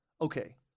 okay